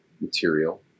material